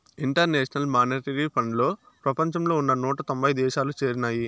international monetary ఫండ్లో ప్రపంచంలో ఉన్న నూట తొంభై దేశాలు చేరినాయి